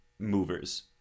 movers